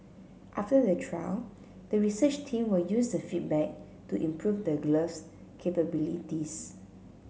after the trial the research team will use the feedback to improve the glove's capabilities